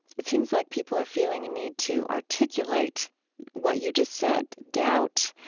it seems like people are feeling a need to articulate what you just said, doubt